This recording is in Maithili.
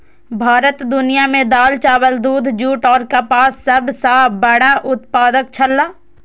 भारत दुनिया में दाल, चावल, दूध, जूट और कपास के सब सॉ बड़ा उत्पादक छला